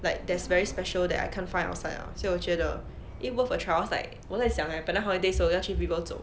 like there's very special that I can't find outside [one] 所以我觉得 eh worth a trial I was like 我在想来 leh 本来 holiday 的时候要去 vivo 走